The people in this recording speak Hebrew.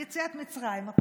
יציאת מצרים,